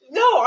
no